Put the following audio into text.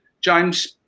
James